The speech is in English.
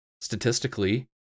Statistically